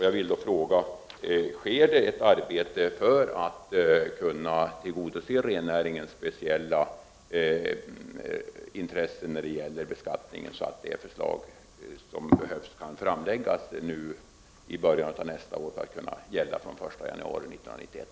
Jag vill då fråga: Pågår det ett arbete för att tillgodose rennäringens speciella intressen i fråga om beskattningen, så att de förslag som behövs kan framläggas i början av nästa år för att kunna gälla från den 1 januari 1991?